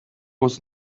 was